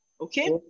Okay